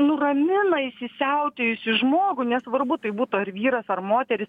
nuramina įsisiautėjusį žmogų nesvarbu tai būtų ar vyras ar moteris